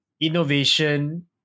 innovation